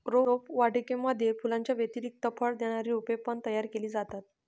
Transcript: रोपवाटिकेमध्ये फुलांच्या व्यतिरिक्त फळ देणारी रोपे पण तयार केली जातात